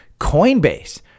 Coinbase